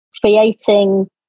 creating